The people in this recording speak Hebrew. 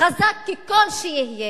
חזק ככל שיהיה,